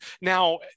now